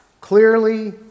Clearly